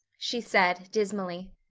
she said dismally.